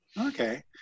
Okay